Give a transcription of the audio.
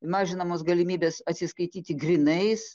mažinamos galimybės atsiskaityti grynais